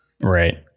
Right